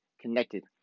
connected